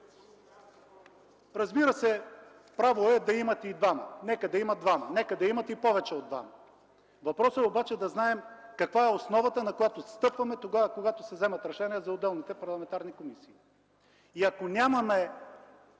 Разбира се, право е да имат и двама – нека да имат двама, нека да имат и повече от двама, въпросът е обаче да знаем каква е основата, на която стъпваме тогава, когато се вземат решения за отделните парламентарни комисии. Ако нямаме